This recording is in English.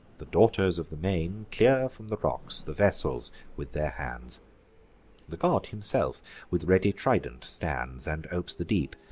the daughters of the main, clear from the rocks the vessels with their hands the god himself with ready trident stands, and opes the deep,